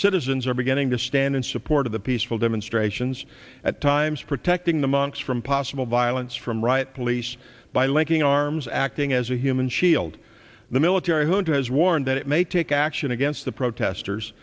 citizens are beginning to stand in support of the peaceful demonstrations at times protecting the monks from possible violence from riot police by linking arms acting as a human shield the military junta has warned that it may take action against the protesters